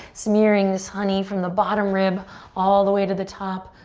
smearing this honey from the bottom rib all the way to the top.